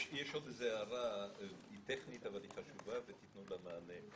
יש עוד הערה שהיא טכנית אבל היא חשובה ותנו לה מענה.